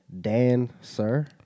Dan-sir